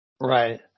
Right